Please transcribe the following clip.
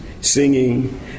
singing